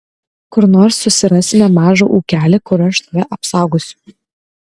kur nors susirasime mažą ūkelį kur aš tave apsaugosiu